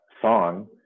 song